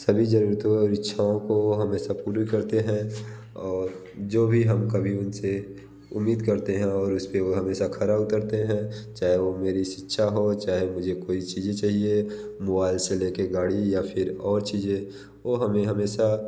सभी ज़रूरतों और इच्छाओं को वो हमेशा पूरी करते हैं और जो भी हम कभी उन से उम्मीद करते हैं और उस पे वो हमेशा खरा उतरते हैं चाहे वो मेरी शिक्षा हो चाहे मुझे कोई चीज़ चाहिए मोबाईल से ले के गाड़ी या फिर और चीज़ें वो हमें हमेशा